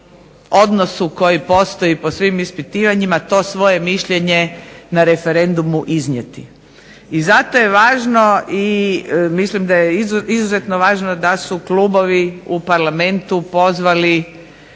odnosu koji postoji po svim ispitivanjima to svoje mišljenje na referendumu iznijeti. I zato je važno i mislim da je izuzetno važno da su klubovi u Parlamentu pozvali